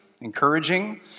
encouraging